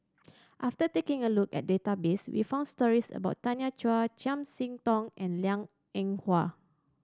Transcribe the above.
after taking a look at the database we found stories about Tanya Chua Chiam See Tong and Liang Eng Hwa